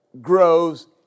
grows